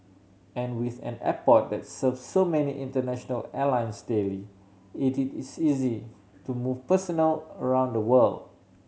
and with an airport that serves so many international airlines daily it it is easy to move personnel around the world